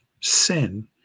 sin